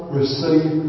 receive